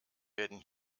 werden